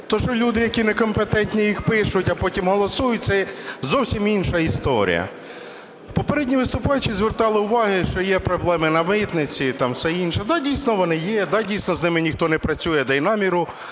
То, що люди, які некомпетентні, їх пишуть, а потім голосують, це зовсім інша історія. Попередні виступаючі звертали увагу, що є проблеми на митниці і все інше. Да, дійсно, вони є. Да, дійсно, з ними ніхто не працює, да і наміру